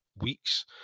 weeks